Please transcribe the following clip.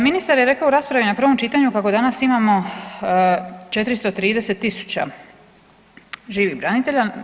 Ministar je rekao u raspravi na prvom čitanju kako danas imamo 430 000 živih branitelja.